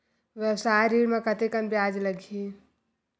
व्यवसाय ऋण म कतेकन ब्याज लगही?